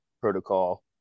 protocol